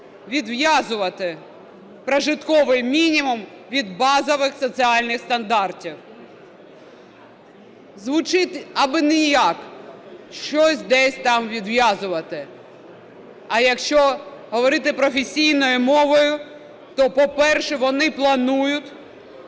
відв'язувати прожитковий мінімум від базових соціальних стандартів. Звучить абияк – щось десь там відв'язувати. А якщо говорити професійною мовою, то, по-перше, вони планують